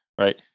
right